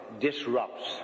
disrupts